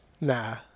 nah